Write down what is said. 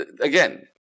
Again